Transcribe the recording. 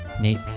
Nate